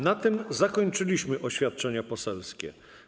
Na tym zakończyliśmy oświadczenia poselskie.